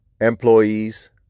employees